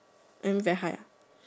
earn very high ah